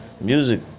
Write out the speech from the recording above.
music